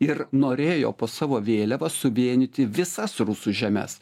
ir norėjo po savo vėliava suvienyti visas rusų žemes